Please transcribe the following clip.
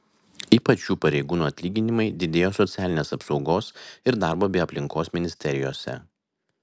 ypač šių pareigūnų atlyginimai didėjo socialinės apsaugos ir darbo bei aplinkos ministerijose